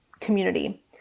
community